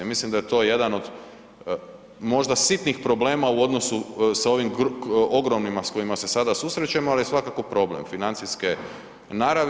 Mislim da je to jedan od možda sitnih problema u odnosu sa ovim ogromnima s kojima se sada susrećemo, ali je svakako problem financijske naravi.